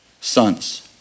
sons